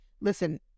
listen